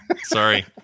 Sorry